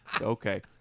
Okay